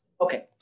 Okay